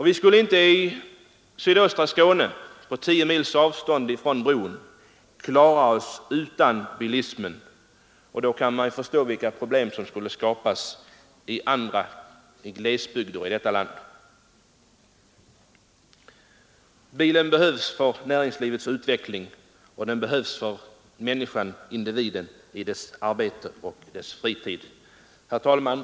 Vi skulle inte i sydöstra Skåne, på tio mils avstånd från bron, klara oss utan bilismen. Då kan man förstå vilka problem som skulle skapas i glesbygderna i detta land. Bilen behövs för näringslivets utveckling, och den behövs för individen i arbete och på fritid. Herr talman!